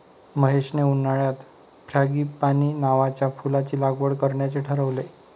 महेशने उन्हाळ्यात फ्रँगीपानी नावाच्या फुलाची लागवड करण्याचे ठरवले